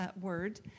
word